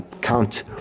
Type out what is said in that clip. Count